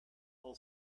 all